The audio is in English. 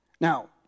Now